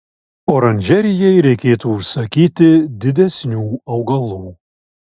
oranžerijai reikėtų užsakyti didesnių augalų